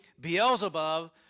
Beelzebub